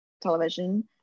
television